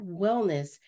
wellness